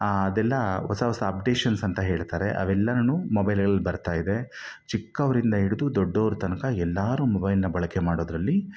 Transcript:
ಅದೆಲ್ಲ ಹೊಸ ಹೊಸ ಅಪ್ಡೇಷನ್ಸ್ ಅಂತ ಹೇಳ್ತಾರೆ ಅವೆಲ್ಲನೂ ಮೊಬೈಲ್ಗಳಲ್ಲಿ ಬರ್ತಾಯಿದೆ ಚಿಕ್ಕವರಿಂದ ಹಿಡ್ದು ದೊಡ್ಡೋರ ತನಕ ಎಲ್ಲರೂ ಮೊಬೈಲ್ನ ಬಳಕೆ ಮಾಡೋದರಲ್ಲಿ